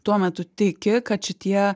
tuo metu tiki kad šitie